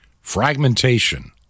fragmentation